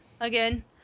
again